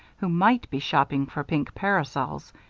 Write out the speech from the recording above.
who might be shopping for pink parasols,